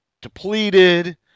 depleted